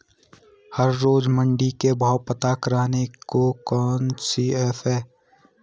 हर रोज़ मंडी के भाव पता करने को कौन सी ऐप है?